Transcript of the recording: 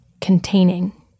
containing